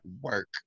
work